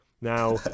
Now